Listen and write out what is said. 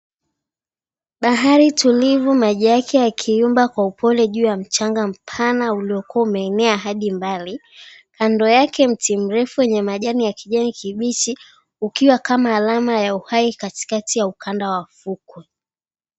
Bahari tulivu maji yake yakiyumba kwa upole juu ya mchanga mpana ulokuwa umeenea hadi mbali. Kando yake mti mrefu wenye majani ya kijani kibichi ukiwa kama alama ya uhai kati ya ukanda wa ufukwe.